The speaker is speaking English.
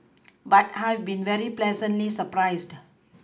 but I've been very pleasantly surprised